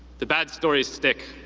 the bad stories stick.